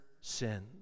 sin